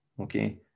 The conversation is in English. Okay